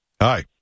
Hi